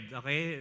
okay